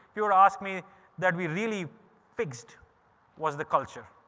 you're asked me that we really fixed was the culture.